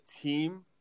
team